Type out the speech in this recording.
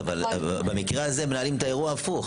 אבל במקרה הזה הם מנהלים את האירוע הפוך.